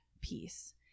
piece